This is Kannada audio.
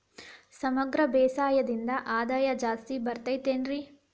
ಸಮಗ್ರ ಬೇಸಾಯದಿಂದ ಆದಾಯ ಜಾಸ್ತಿ ಬರತೈತೇನ್ರಿ?